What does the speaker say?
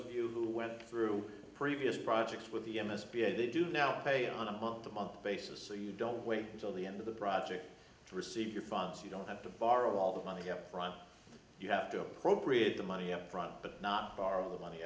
of you who went through previous projects with the m s b a they do now pay on a month to month basis so you don't wait until the end of the project to receive your funds you don't have to borrow all the money up front you have to appropriate the money upfront but not borrow the money